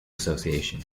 association